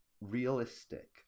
realistic